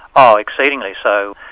oh, exceedingly so.